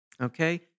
Okay